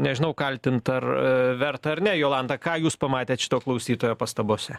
nežinau kaltint ar a verta ar ne jolanta ką jūs pamatėt šito klausytojo pastabose